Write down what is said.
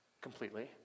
completely